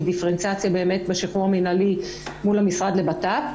דיפרנציאציה בשחרור המינהלי מול המשרד לביטחון פנים.